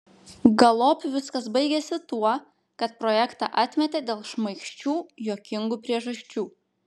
galop viskas baigėsi tuo kad projektą atmetė dėl šmaikščių juokingų priežasčių